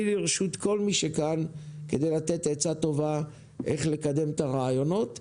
אני לרשות כל מי שכאן כדי לתת עצה טובה איך לקדם את הרעיונות.